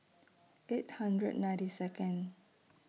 eight hundred ninety Second